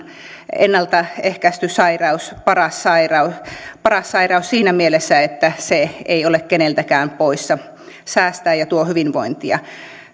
ennalta ehkäisty sairaus paras sairaus paras sairaus siinä mielessä että se ei ole keneltäkään poissa säästää ja tuo hyvinvointia